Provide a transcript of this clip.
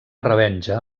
revenja